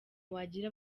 wagira